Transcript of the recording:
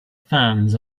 fans